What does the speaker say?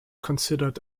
considered